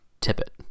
tippet